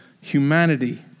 humanity